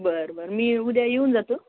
बरं बरं मी उद्या येऊन जातो